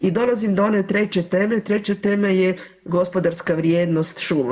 I dolazim do one treće teme, treća tema je gospodarska vrijednost šuma.